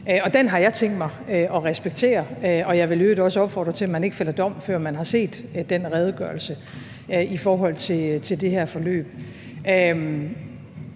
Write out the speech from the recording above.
Den har jeg tænkt mig at respektere, og jeg vil i øvrigt også opfordre til, at man ikke fælder dom, før man har set den redegørelse, i forhold til det her forløb.